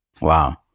Wow